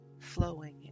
flowing